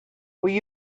will